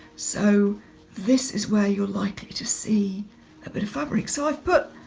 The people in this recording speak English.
so this is where you're likely to see a bit of fabric. so i've put